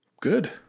Good